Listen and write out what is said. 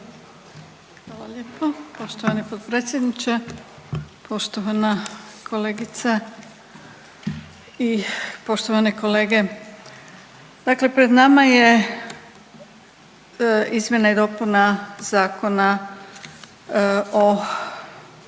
Hvala lijepo poštovani potpredsjedniče, poštovana kolegice i poštovane kolege. Dakle pred nama je izmjena i dopuna Zakona o